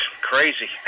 crazy